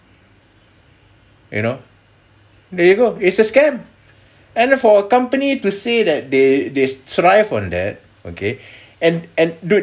you know there you go it's a scam and for a company to say that they they thrive on that okay and and dude